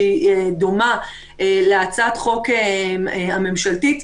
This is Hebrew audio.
שהיא דומה להצעת החוק הממשלתית,